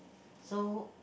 so